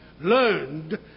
learned